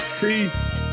peace